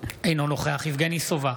אינו נוכח יבגני סובה,